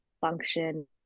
function